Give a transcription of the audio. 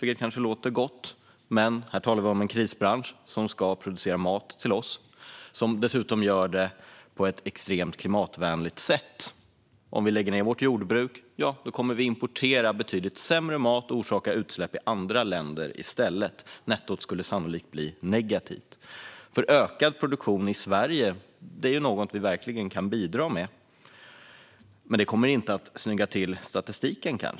Det kanske låter gott, men vi talar här om en krisbransch som ska producera mat till oss och som dessutom gör det på ett extremt klimatvänligt sätt. Om vi lägger ned vårt jordbruk kommer vi att importera betydligt sämre mat och orsaka utsläpp i andra länder i stället. Nettot skulle sannolikt bli negativt. Ökad produktion i Sverige är något vi verkligen kan bidra med, men det kommer kanske inte att snygga till statistiken.